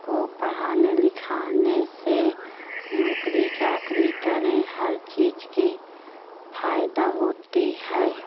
को पढ़ाने लिखाने से नौकरी चाकरी करें हर चीज़ का फ़ायदा होता है